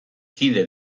kide